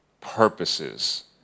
purposes